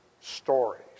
stories